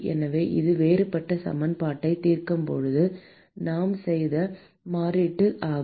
எனவே இது வேறுபட்ட சமன்பாட்டைத் தீர்க்கும்போது நாம் செய்த மாற்றீடு ஆகும்